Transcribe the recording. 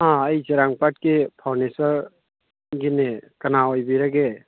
ꯑꯥ ꯑꯩ ꯆꯤꯔꯥꯡꯄꯥꯠꯀꯤ ꯐꯥꯔꯅꯤꯆꯔꯒꯤꯅꯦ ꯀꯅꯥ ꯑꯣꯏꯕꯤꯔꯒꯦ